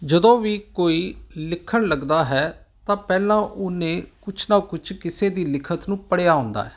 ਜਦੋਂ ਵੀ ਕੋਈ ਲਿਖਣ ਲੱਗਦਾ ਹੈ ਤਾਂ ਪਹਿਲਾਂ ਉਹਨੇ ਕੁਛ ਨਾ ਕੁਛ ਕਿਸੇ ਦੀ ਲਿਖਤ ਨੂੰ ਪੜ੍ਹਿਆ ਹੁੰਦਾ